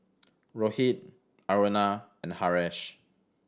Rohit Aruna and Haresh